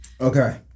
Okay